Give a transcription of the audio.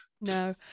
No